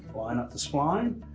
line up the spline.